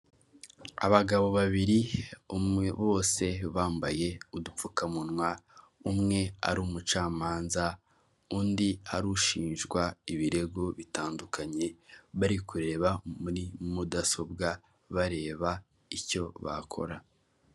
Abagabo babiri umwe bose bambaye udupfukamunwa umwe ari umucamanza undi ari ushinjwa ibirego bitandukanye, bari kureba muri mudasobwa bareba icyo bakora.